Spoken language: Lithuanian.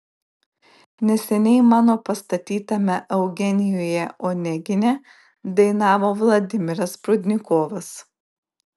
neseniai mano pastatytame eugenijuje onegine dainavo vladimiras prudnikovas